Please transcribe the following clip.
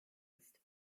ist